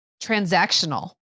transactional